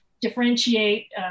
differentiate